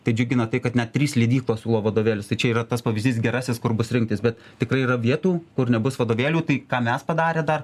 tai džiugino tai kad net trys leidyklos siūlo vadovėlius tai čia yra tas pavyzdys gerasis kur bus rinktis bet tikrai yra vietų kur nebus vadovėlių tai ką mes padarę dar